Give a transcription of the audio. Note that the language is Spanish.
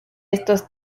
estos